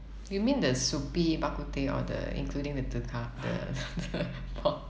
you mean the soupy bak kut teh or the including the te kah the the pork